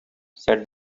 said